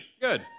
Good